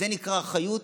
זה נקרא אחריות,